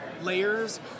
layers